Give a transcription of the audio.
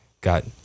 got